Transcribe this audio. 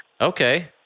Okay